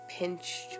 pinched